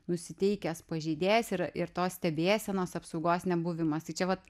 nusiteikęs pažeidėjas ir ir tos stebėsenos apsaugos nebuvimas tai čia vat